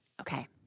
Okay